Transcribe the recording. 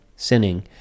sinning